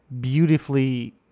beautifully